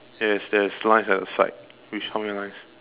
yes there's lines at your side which how many lines